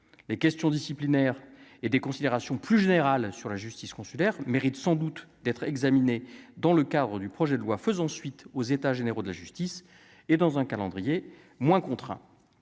les questions disciplinaires et des considérations plus générales sur la justice consulaire mérite sans doute d'être examiné dans le cadre du projet de loi faisant suite aux états généraux de la justice et dans un calendrier moins contraints,